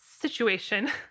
situation